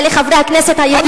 אלה חברי הכנסת היהודים,